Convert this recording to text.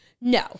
No